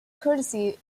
courtesy